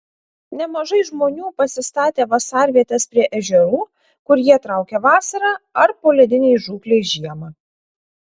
nemažai žmonių pasistatė vasarvietes prie ežerų kur jie traukia vasarą ar poledinei žūklei žiemą